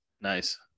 Nice